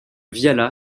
viala